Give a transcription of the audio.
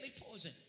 poison